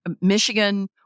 Michigan